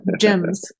gems